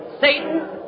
Satan